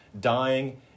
dying